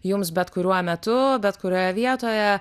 jums bet kuriuo metu bet kurioje vietoje